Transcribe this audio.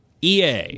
EA